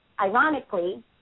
ironically